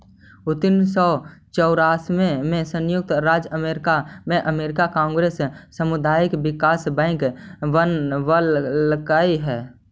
उन्नीस सौ चौरानबे में संयुक्त राज्य अमेरिका में अमेरिकी कांग्रेस सामुदायिक विकास बैंक बनवलकइ हई